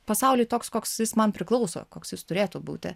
pasaulį toks koks jis man priklauso koks jis turėtų būti